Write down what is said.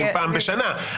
פעם בשנה.